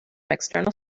external